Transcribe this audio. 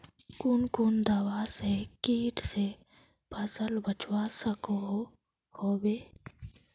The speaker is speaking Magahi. कुन कुन दवा से किट से फसल बचवा सकोहो होबे?